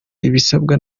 ibisabwa